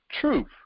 truth